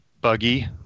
buggy